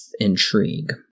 intrigue